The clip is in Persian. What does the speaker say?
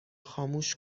خاموش